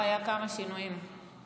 שלנו, ולהגיד להם: